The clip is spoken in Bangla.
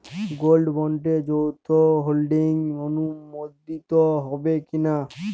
গোল্ড বন্ডে যৌথ হোল্ডিং অনুমোদিত হবে কিনা?